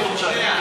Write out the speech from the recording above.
תבצע.